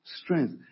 strength